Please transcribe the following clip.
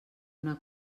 una